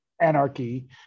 anarchy